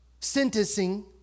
sentencing